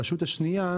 הרשות השנייה,